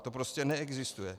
To prostě neexistuje.